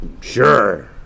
sure